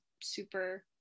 super